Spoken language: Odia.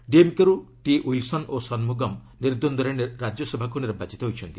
ଡିଏମ୍କେରୁ ଟି ୱିଲ୍ସନ୍ ଓ ସନ୍ମୁଗମ୍ ନିର୍ଦ୍ଦ୍ଦରେ ରାଜ୍ୟସଭାକୁ ନିର୍ବାଚିତ ହୋଇଛନ୍ତି